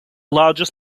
largest